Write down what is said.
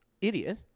idiot